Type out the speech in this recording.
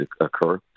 occur